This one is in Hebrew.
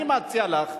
אני מציע לך,